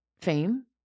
fame